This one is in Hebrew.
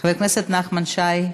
חבר הכנסת נחמן שי,